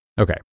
Okay